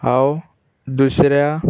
हांव दुसऱ्या